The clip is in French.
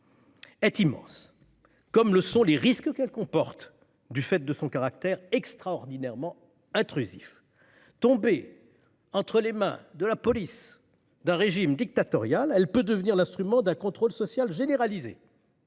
est immense, comme sont immenses les risques qu'elle comporte du fait de son caractère extraordinairement intrusif. Tombée entre les mains de la police d'un régime dictatorial, elle peut devenir l'instrument d'un contrôle social généralisé.